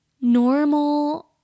normal